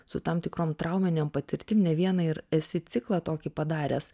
su tam tikrom trauminėm patirtim ne vieną ir esi ciklą tokį padaręs